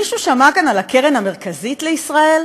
מישהו שמע כאן על הקרן המרכזית לישראל?